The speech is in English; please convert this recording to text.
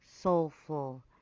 soulful